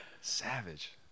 savage